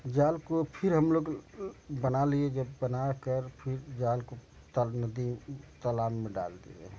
जाल को फिर हम लोग बना लिए जब बना कर फिर जाल को तल नदी तालाब में डाल दिए हैं